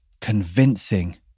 convincing